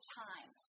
time